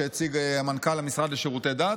שהציג המנכ"ל למשרד לשירותי הדת.